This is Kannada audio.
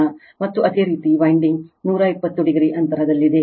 ಮತ್ತು ಅದೇ ರೀತಿ ವೈಂಡಿಂಗ್ 120 o ಅಂತರದಲ್ಲಿದೆ